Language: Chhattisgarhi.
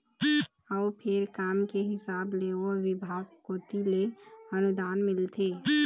अउ फेर काम के हिसाब ले ओ बिभाग कोती ले अनुदान मिलथे